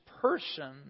person